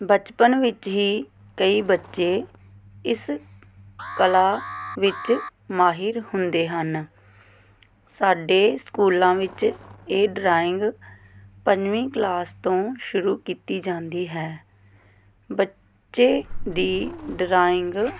ਬਚਪਨ ਵਿੱਚ ਹੀ ਕਈ ਬੱਚੇ ਇਸ ਕਲਾ ਵਿੱਚ ਮਾਹਿਰ ਹੁੰਦੇ ਹਨ ਸਾਡੇ ਸਕੂਲਾਂ ਵਿੱਚ ਇਹ ਡਰਾਇੰਗ ਪੰਜਵੀਂ ਕਲਾਸ ਤੋਂ ਸ਼ੁਰੂ ਕੀਤੀ ਜਾਂਦੀ ਹੈ ਬੱਚੇ ਦੀ ਡਰਾਇੰਗ